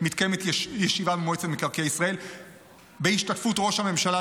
מתקיימת ישיבה במועצת מקרקעי ישראל בהשתתפות ראש הממשלה,